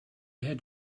had